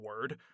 word